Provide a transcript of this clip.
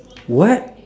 what